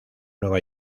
nueva